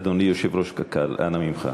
אדוני יושב-ראש קק"ל, אנא ממך.